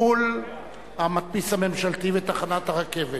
מול המדפיס הממשלתי ותחנת הרכבת,